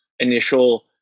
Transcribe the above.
initial